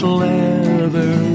leather